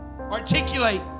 Articulate